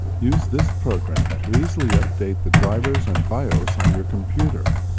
use this program to easily update the drivers and bios on your computer.